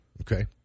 okay